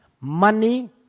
money